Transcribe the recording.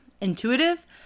intuitive